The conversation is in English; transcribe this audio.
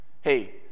Hey